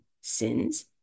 sins